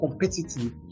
competitive